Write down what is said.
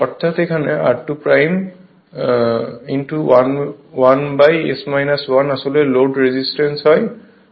অর্থাৎ এখানে r2 1 আসলে লোড রেজিস্ট্যান্স